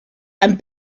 and